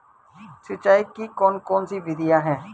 सिंचाई की कौन कौन सी विधियां हैं?